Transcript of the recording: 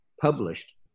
published